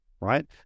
right